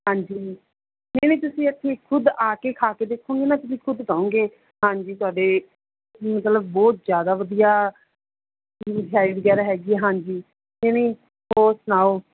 ਹਾਂਜੀ ਨਹੀਂ ਨਹੀਂ ਤੁਸੀਂ ਇੱਥੇ ਖੁਦ ਆ ਕੇ ਖਾ ਕੇ ਦੇਖੋਂਗੇ ਨਾ ਤੁਸੀਂ ਖੁਦ ਕਹੋਂਗੇ ਹਾਂਜੀ ਸਾਡੇ ਮਤਲਬ ਬਹੁਤ ਜ਼ਿਆਦਾ ਵਧੀਆ ਮਿਠਾਈ ਵਗੈਰਾ ਹੈਗੀ ਆ ਹਾਂਜੀ ਕਿਵੇਂ ਹੋਰ ਸੁਣਾਉ